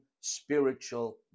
spiritual